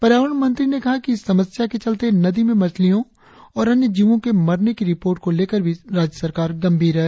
पर्यावरण मंत्री ने कहा कि इस समस्या के चलते नदी में मछलियों और अन्य जीवों के मरने की रिपोर्ट को लेकर भी राज्य सरकार गंभीर हैं